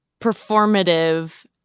performative